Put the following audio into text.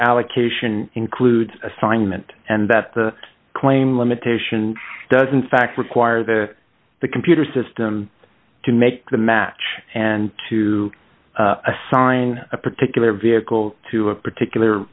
allocation includes assignment and that the claim limitation doesn't fact require the the computer system to make the match and to assign a particular vehicle to a particular